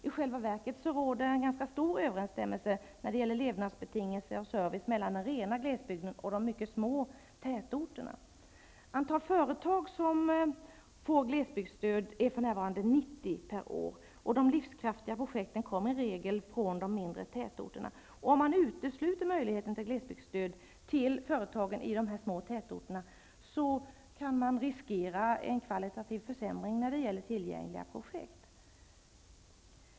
I själva verket råder en ganska stor överensstämmelse när det gäller levnadsbetingelser och service mellan den rena glesbygden och de mycket små tätorterna. Antal företag som får glesbygdsstöd är för närvarande 90 per år. De livskraftiga projekten kommer i regel från de mindre tätorterna. Om man utesluter möjligheten till glesbygdsstöd för företagen i de här små tätorterna, kan man riskera en kvalitativ försämring av tillgängliga projekt.